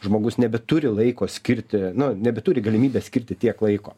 žmogus nebeturi laiko skirti nu nebeturi galimybės skirti tiek laiko